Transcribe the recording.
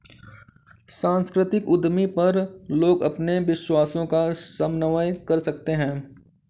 सांस्कृतिक उद्यमी पर लोग अपने विश्वासों का समन्वय कर सकते है